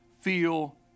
feel